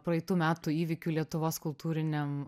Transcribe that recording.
praeitų metų įvykių lietuvos kultūriniam